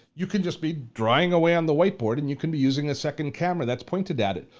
you can just be drawing away on the whiteboard, and you can be using a second camera that's pointed at it.